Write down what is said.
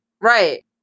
Right